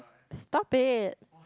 stop it